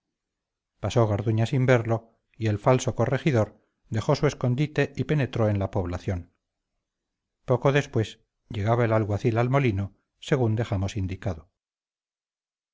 pasó garduña sin verlo y el falso corregidor dejó su escondite y penetró en la población poco después llegaba el alguacil al molino según dejamos indicado